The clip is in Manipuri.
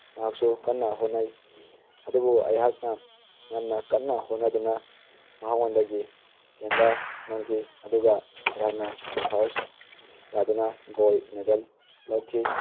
ꯃꯍꯥꯛꯁꯨ ꯀꯟꯅ ꯍꯣꯠꯅꯩ ꯑꯗꯨꯕꯨ ꯑꯩꯍꯥꯛꯅ ꯌꯥꯝꯅ ꯀꯟꯅ ꯍꯣꯠꯅꯗꯨꯅ ꯃꯉꯣꯟꯗꯒꯤ ꯍꯦꯟꯕ ꯉꯝꯈꯤ ꯑꯗꯨꯒ ꯑꯩꯍꯥꯛꯅ ꯐꯥꯔ꯭ꯁ ꯇꯥꯗꯨꯅ ꯒꯣꯜ ꯃꯦꯗꯜ ꯂꯧꯈꯤ